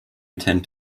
intend